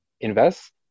invest